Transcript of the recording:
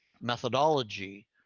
methodology